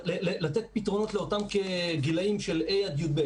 לתת פתרונות לאותם גילאים של ה' עד י"ב,